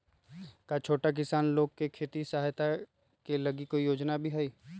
का छोटा किसान लोग के खेती सहायता के लगी कोई योजना भी हई?